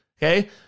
Okay